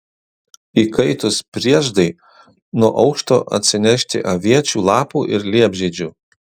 įkaitus prieždai nuo aukšto atsinešti aviečių lapų ir liepžiedžių